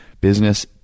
business